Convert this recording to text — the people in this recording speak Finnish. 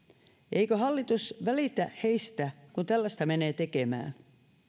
eikö hallitus välitä heistä kun tällaista menee tekemään